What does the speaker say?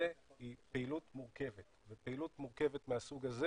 היא פעילות מורכבת ופעילות מורכבת מהסוג הזה